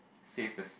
save the s~